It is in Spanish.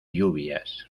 lluvias